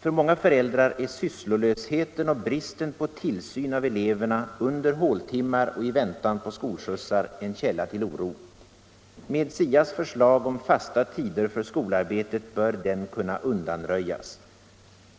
För många föräldrar är sysslolösheten och bristen på tillsyn av eleverna under håltimmar och i väntan på skolskjutsen en källa till oro. Med SIA:s förslag om fasta tider för skolarbetet bör den kunna undanröjas.